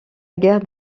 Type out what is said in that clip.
guerre